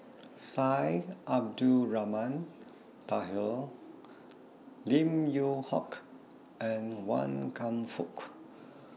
Syed Abdulrahman Taha Lim Yew Hock and Wan Kam Fook